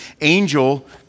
angel